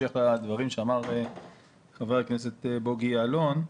בהמשך לדברים שאמר חבר הכנסת בוגי יעלון.